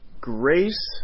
grace